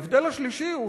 ההבדל השלישי הוא,